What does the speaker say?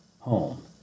home